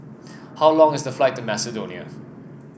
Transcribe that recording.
how long is the flight to Macedonia